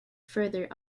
further